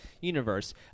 universe